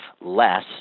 less